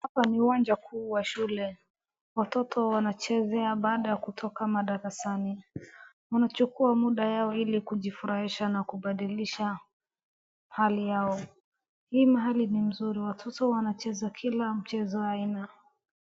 Hapa ni uwanja kuu ya shule, watoto wanachezea baada kutoka madarasani, wanachukua muda yao ili kujifurahisha na kubadilisha hali yao, hii mahali ni mzuri watoto wanacheza Kila mchezo wa aina.